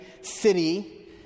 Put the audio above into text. city